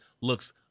looks